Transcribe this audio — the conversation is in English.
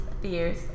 fears